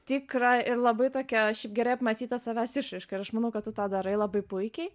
tikrą ir labai tokia aš gerai apmąstytą savęs išraiška ir aš manau kad tą darai labai puikiai